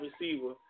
receiver